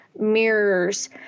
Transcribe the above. mirrors